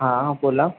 हां बोला